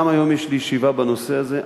גם היום יש לי ישיבה בנושא הזה,